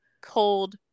cold